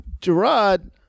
Gerard